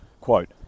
Quote